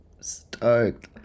Stoked